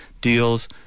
deals